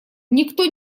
никто